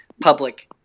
public